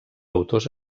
autors